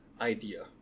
idea